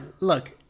Look